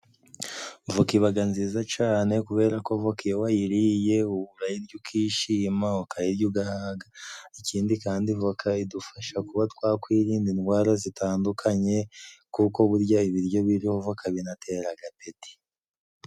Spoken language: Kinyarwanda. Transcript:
Voka ibaga nziza cane kuberako voka iyo wayiriye urayirya ukishima, ukayirya ugahaga, ikindi kandi voka idufasha kuba twakwirinda indwara zitandukanye kuko burya ibiryo biriho voka binateraga apeti.